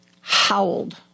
howled